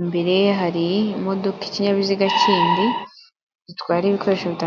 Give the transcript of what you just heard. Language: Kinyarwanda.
Imbere ye hari imodoka, ikinkinyabiziga kindi gitwara ibikoresho bitandukanyetu.